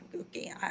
okay